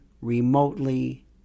remotely